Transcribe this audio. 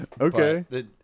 okay